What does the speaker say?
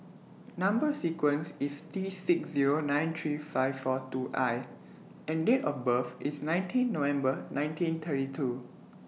Number sequence IS T six Zero nine three five four two I and Date of birth IS nineteen November nineteen thirty two